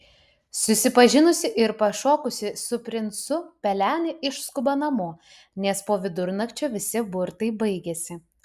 susipažinusi ir pašokusi su princu pelenė išskuba namo nes po vidurnakčio visi burtai baigiasi